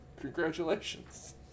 Congratulations